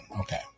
okay